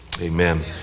Amen